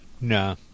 No